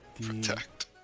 protect